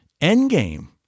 endgame